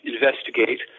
investigate